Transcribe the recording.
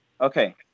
Okay